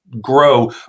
grow